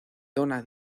donna